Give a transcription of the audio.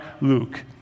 Luke